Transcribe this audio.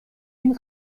این